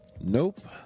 Nope